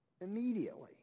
Immediately